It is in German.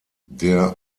der